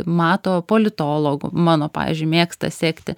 mato politologų mano pavyzdžiui mėgsta sekti